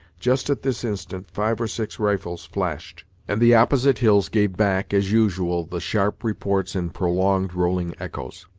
just at this instant five or six rifles flashed, and the opposite hills gave back, as usual, the sharp reports in prolonged rolling echoes.